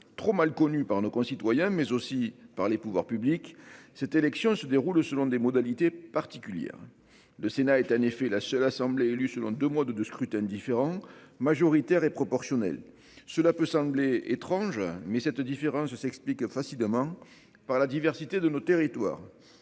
trop mal connue par nos concitoyens mais aussi par les pouvoirs publics. Cette élection se déroule selon des modalités particulières. Le Sénat est en effet la seule assemblée élue selon deux mois de de scrutins différents majoritaire et proportionnel. Cela peut sembler étrange, mais cette différence s'explique facilement par la diversité de nos territoires.